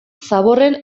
zaborren